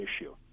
issue